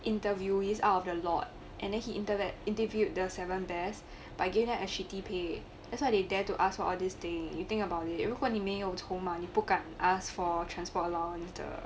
interviewees out of the lot and then he interact interviewed the seven best by giving them a shitty pay thats why they dare to ask for all these thing you think about it 如果你没有筹码你不敢 asked for transport allowance 的